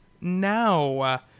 now